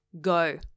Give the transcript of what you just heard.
go